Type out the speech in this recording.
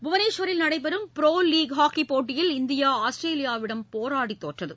புவனேஸ்வரில் நடைபெறும் pro league hockey போட்டியில் இந்தியா ஆஸ்திரேலியாவிடம் போராடி தோற்றது